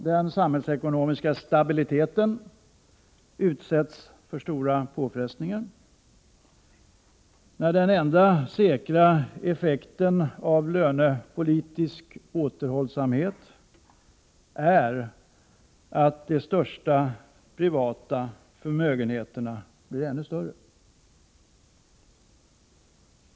Den samhällsekonomiska stabiliteten utsätts för stora påfrestningar när den enda säkra effekten av lönepolitisk återhållsamhet är att de största privata förmögenheterna blir ännu större.